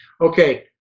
Okay